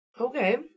Okay